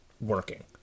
working